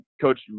coach